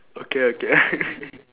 okay okay